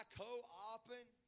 co-oping